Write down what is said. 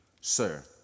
Sir